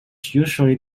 usually